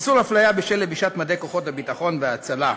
(איסור הפליה בשל לבישת מדי כוחות הביטחון וההצלה),